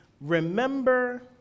Remember